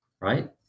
right